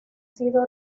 sido